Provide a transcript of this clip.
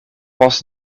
post